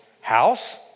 house